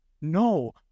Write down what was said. No